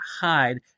hide